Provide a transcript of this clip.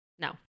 no